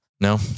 No